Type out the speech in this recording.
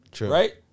right